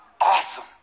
Awesome